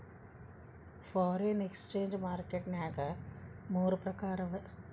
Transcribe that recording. foreign exchange market ನ್ಯಾಗ ಮೂರ್ ಪ್ರಕಾರವ